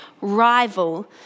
rival